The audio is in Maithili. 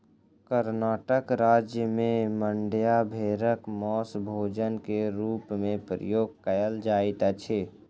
कर्णाटक राज्य में मांड्या भेड़क मौस भोजन के रूप में उपयोग कयल जाइत अछि